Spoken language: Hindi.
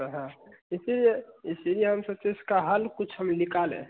हाँ हाँ इसीलिए इसीलिए हम सोचे इसका हल कुछ हम निकाले